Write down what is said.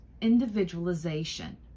individualization